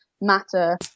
matter